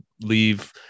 leave